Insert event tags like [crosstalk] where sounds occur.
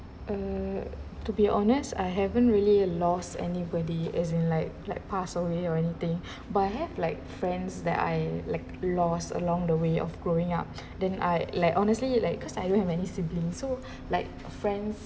err to be honest I haven't really lost anybody as in like like pass away or anything [breath] but I have like friends that I like lost along the way of growing up [breath] then I like honestly like cause I don't have any siblings so like friends